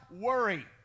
worry